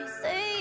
say